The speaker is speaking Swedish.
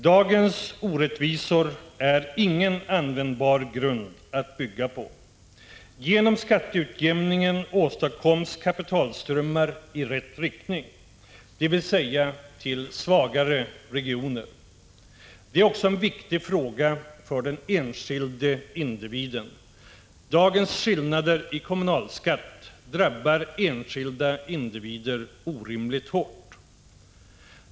Dagens orättvisor är ingen användbar grund att bygga på. Genom skatteutjämningen åstadkoms kapitalströmmar i rätt riktning, dvs. till svagare regioner. Det är också en viktig fråga för den enskilde individen. Dagens skillnader i kommunalskatt drabbar enskilda individer orimligt hårt.